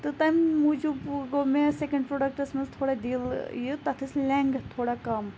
تہٕ تمہِ موٗجوب گوٚو مےٚ سیٚکَنٛڈ پروڈَکٹَس مَنٛز تھوڑا دِل یہِ تَتھ ٲسۍ لیٚنٛگتھ تھوڑا کَم